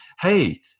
Hey